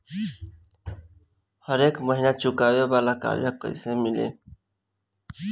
हरेक महिना चुकावे वाला कर्जा कैसे मिली?